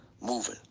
moving